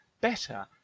better